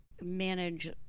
manage